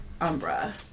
Umbra